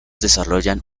desarrollan